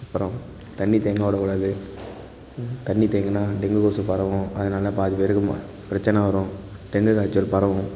அப்புறம் தண்ணிர் தேங்க வி டக்கூடாது தண்ணி தேங்கினா டெங்கு கொசு பரவும் அதனால பாதி பேருக்க பிரச்சன வரும் டெங்கு காய்ச்சல் பரவும்